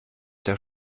der